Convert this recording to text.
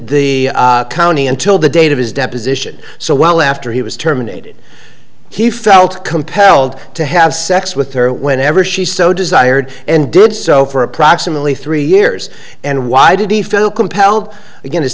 the county until the date of his deposition so well after he was terminated he felt compelled to have sex with her whenever she so desired and did so for approximately three years and why did he feel compelled